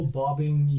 bobbing